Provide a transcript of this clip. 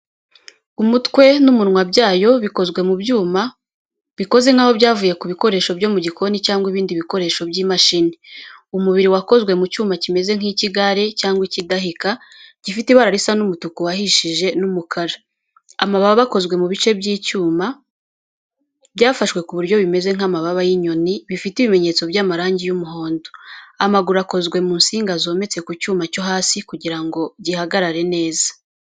Umutwe n’umunwa byayo bikozwe mu byuma bikoze nkaho byavuye ku bikoresho byo mu gikoni cyangwa ibindi bikoresho by’imashini. Umubiri wakozwe mu cyuma kimeze nk’icy’igare cyangwa ikidahika, gifite ibara risa n’umutuku wahishije n’umukara. Amababa akozwe mu bice by’icyuma byafashwe ku buryo bimeze nk’amababa y’inyoni, bifite ibimenyetso by’amarangi y’umuhondo. Amaguru akozwe mu nsinga zometse ku cyuma cyo hasi kugira ngo gihagarare neza.